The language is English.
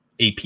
AP